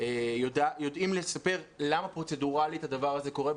יודעים לספר למה פרוצדורלית הדבר הזה קורה,